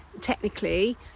technically